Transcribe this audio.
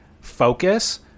focus